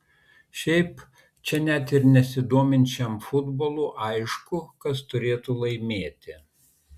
šiaip čia net ir nesidominčiam futbolu aišku kas turėtų laimėti